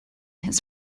his